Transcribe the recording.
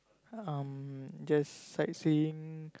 um just sightseeing